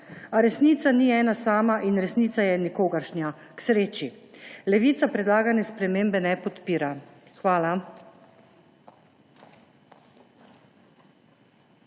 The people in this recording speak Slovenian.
resnica ni ena sama in resnica je nikogaršnja – k sreči. Levica predlagane spremembe ne podpira. Hvala.